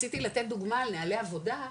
רציתי לתת דוגמא על נהלי עבודה,